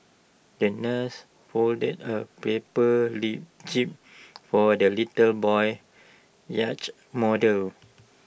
the nurse folded A paper jib for the litter boy's yacht model